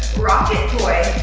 rocket toy.